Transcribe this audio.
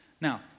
Now